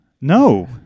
No